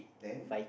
then